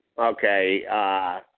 Okay